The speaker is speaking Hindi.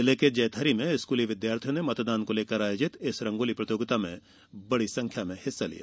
जिले के जैतहरी में स्कूली विद्यार्थियों ने मतदान को लेकर आयोजित इस रंगोली प्रतियोगिता में बड़ी संख्या में हिस्सा लिया